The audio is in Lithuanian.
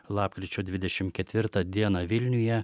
lapkričio dvidešim ketvirtą dieną vilniuje